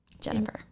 Jennifer